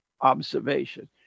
observation